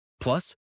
Plus